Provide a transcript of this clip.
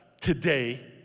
today